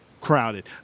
crowded